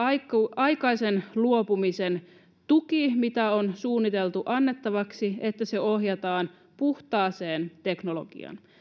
aikaisen luopumisen tuki mitä on suunniteltu annettavaksi ohjataan puhtaaseen teknologiaan